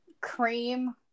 cream